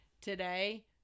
Today